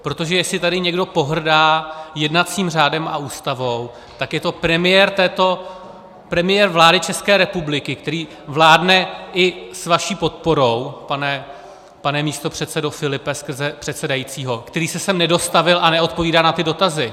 Protože jestli tady někdo pohrdá jednacím řádem a Ústavou, tak je to premiér vlády České republiky, který vládne i s vaší podporou, pane místopředsedo Filipe skrze předsedajícího, který se sem nedostavil a neodpovídá na ty dotazy!